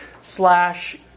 slash